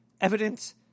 evidence